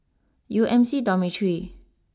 U M C Dormitory